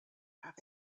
have